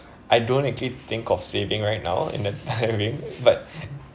I don't actually think of saving right now in the having but